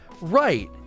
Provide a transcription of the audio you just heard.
Right